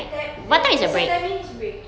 te~ there's there's a ten minutes break